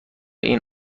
این